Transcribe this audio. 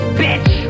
bitch